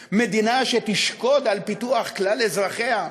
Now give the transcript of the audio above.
מתוקנת: מדינה שתשקוד על פיתוח כלל אזרחיה,